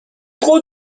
trop